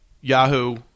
Yahoo